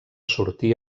sortí